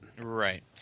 Right